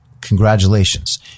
congratulations